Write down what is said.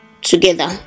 Together